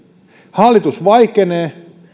hallitus vaikenee